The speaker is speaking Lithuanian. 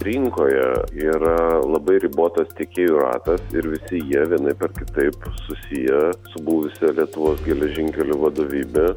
rinkoje yra labai ribotas tiekėjų ratas ir visi jie vienaip ar kitaip susiję su buvusia lietuvos geležinkelių vadovybe